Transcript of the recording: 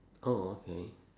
oh okay